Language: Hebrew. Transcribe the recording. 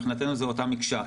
מבחינתנו זו אותה מקשה.